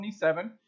27